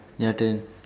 your turn